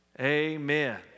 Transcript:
Amen